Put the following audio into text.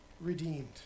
redeemed